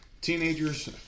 teenagers